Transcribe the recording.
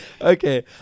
Okay